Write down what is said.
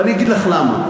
ואני אגיד לך למה.